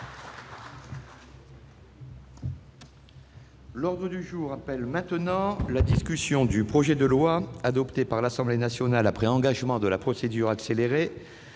L'ordre du jour appelle la discussion du projet de loi, adopté par l'Assemblée nationale après engagement de la procédure accélérée,